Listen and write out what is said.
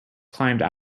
climbed